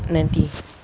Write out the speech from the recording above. nanti